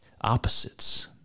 opposites